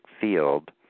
field